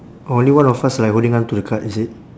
only one of us like holding on to the card is it